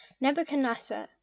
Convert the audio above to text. Nebuchadnezzar